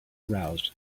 aroused